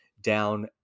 down